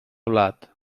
blat